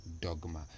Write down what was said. dogma